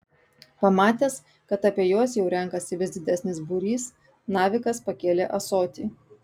pamatęs kad apie juos jau renkasi vis didesnis būrys navikas pakėlė ąsotį